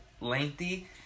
lengthy